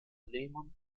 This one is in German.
lehmann